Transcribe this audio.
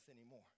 anymore